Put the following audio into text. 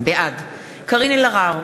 בעד קארין אלהרר,